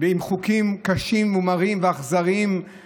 עם חוקים קשים ומרים ואכזריים,